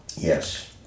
Yes